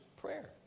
prayer